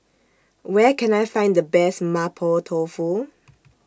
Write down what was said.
Where Can I Find The Best Mapo Tofu